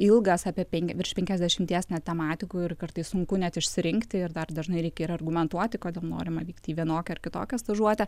ilgas apie penki virš penkiasdešimties tematikų ir kartais sunku net išsirinkti ir dar dažnai reikia ir argumentuoti kodėl norima vykti į vienokią ar kitokią stažuotę